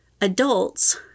adults